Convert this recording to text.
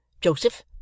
Joseph